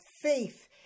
faith